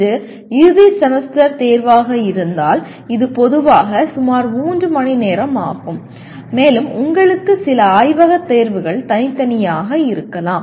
இது இறுதி செமஸ்டர் தேர்வாக இருந்தால் இது பொதுவாக சுமார் 3 மணி நேரம் ஆகும் மேலும் உங்களுக்கு சில ஆய்வகத் தேர்வுகள் தனித்தனியாக இருக்கலாம்